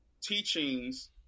teachings